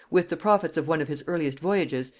with the profits of one of his earliest voyages,